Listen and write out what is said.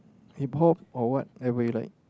Hip-Hop or what ever you like